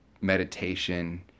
meditation